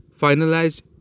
finalized